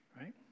right